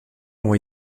ont